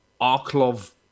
Arklov